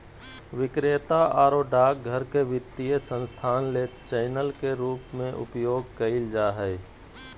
विक्रेता आरो डाकघर के वित्तीय संस्थान ले चैनल के रूप में उपयोग कइल जा हइ